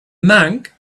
monk